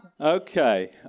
Okay